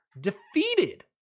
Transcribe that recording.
defeated